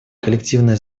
коллективная